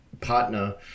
partner